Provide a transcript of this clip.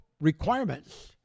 requirements